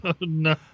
No